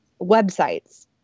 websites